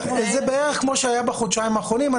זה בערך כמו שהיה בחודשיים האחרונים,